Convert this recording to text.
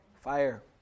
Fire